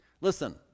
Listen